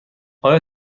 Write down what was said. آیا